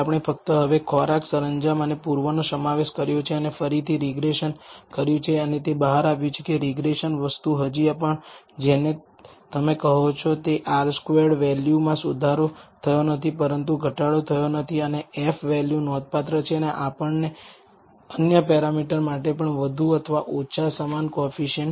આપણે ફક્ત હવે ખોરાક સરંજામ અને પૂર્વનો સમાવેશ કર્યો છે અને ફરીથી રીગ્રેસન કર્યું છે અને તે બહાર આવ્યું છે કે રીગ્રેસન વસ્તુ હજી પણ જેને તમે કહો છો તે R સ્ક્વેર્ડ વેલ્યુમાં સુધારો થયો નથી પરંતુ ઘટાડો થયો નથી અને F વેલ્યુ નોંધપાત્ર છે અને આપણને અન્ય પેરામીટર માટે પણ વધુ અથવા ઓછા સમાન કોએફીસીએંટ